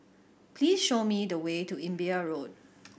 please show me the way to Imbiah Road